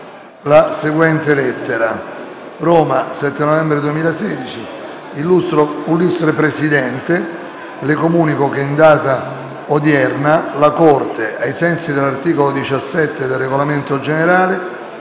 la seguente lettera: «Roma, 7 novembre 2016, Illustre Presidente, Le comunico che in data odierna la Corte, ai sensi dell'art. 17 del Regolamento generale,